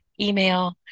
email